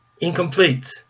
incomplete